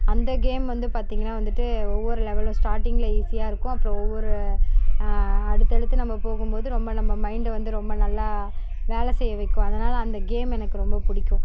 அந்த கேம் வந்து பார்த்தீங்கன்னா வந்துட்டு ஒவ்வொரு லெவலும் ஸ்டார்ட்டிங்கில் ஈசியாக இருக்கும் அப்பறம் ஒவ்வொரு அடுத்தடுத்து நம்ம போகும் போது ரொம்ப நம்ம மைண்டை வந்து ரொம்ப நல்லா வேலை செய்ய வைக்கும் அதனால் அந்த கேம் எனக்கு ரொம்ப பிடிக்கும்